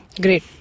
Great